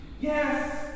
yes